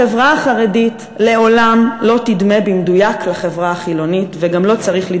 החברה החרדית לעולם לא תדמה במדויק לחברה החילונית,